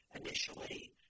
initially